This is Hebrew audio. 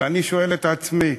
ואני שואל את עצמי,